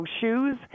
shoes